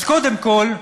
קודם כול,